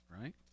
right